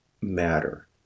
matter